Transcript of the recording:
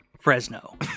Fresno